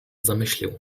zamyślił